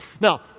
Now